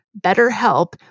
BetterHelp